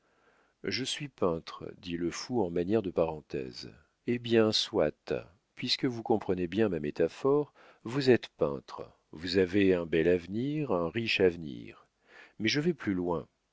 je suis peintre dit le fou en manière de parenthèse eh bien soit puisque vous comprenez bien ma métaphore vous êtes peintre vous avez un bel avenir un riche avenir mais je vais plus loin